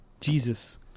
Jesus